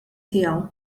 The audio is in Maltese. tiegħu